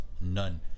None